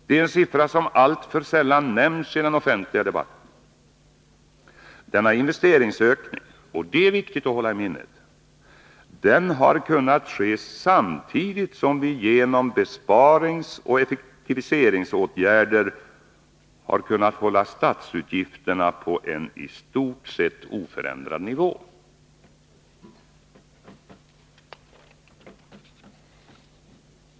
Det är en siffra som alltför sällan nämns i den offentliga debatten. Denna investeringsökning har — och det är viktigt att hålla i minnet — kunnat ske samtidigt som vi genom besparingsoch effektiviseringsåtgärder kunnat hålla statsutgifterna på en i stort sett oförändrad nivå.